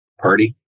party